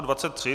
23.